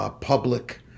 public